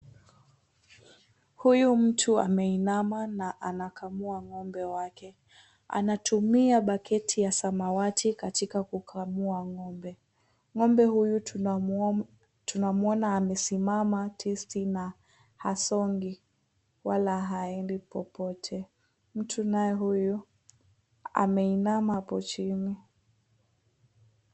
Huyu mtu ameinama na anakamua ngombe wake. Anatumia baketi ya samawati katika kukamua ngombe. Ngombe huyu tunamwona amesimama tisti na hasongi wala haendi popote. Mtu naye huyu ameinama hapo chini.